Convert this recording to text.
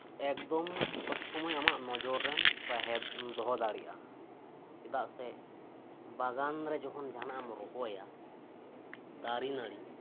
ᱮᱠᱫᱚᱢ ᱥᱚᱵᱽ ᱥᱚᱢᱚᱭ ᱟᱢᱟᱜ ᱱᱚᱡᱚᱨ ᱨᱮᱢ ᱛᱟᱦᱮᱸ ᱫᱚᱦᱚ ᱫᱟᱲᱮᱭᱟᱜᱼᱟ ᱪᱮᱫᱜ ᱥᱮ ᱵᱟᱜᱟᱱ ᱨᱮ ᱡᱚᱠᱷᱚᱱ ᱡᱟᱦᱟᱸᱱᱟᱜ ᱮᱢ ᱨᱚᱦᱚᱭᱟ ᱫᱟᱨᱮ ᱱᱟᱲᱤ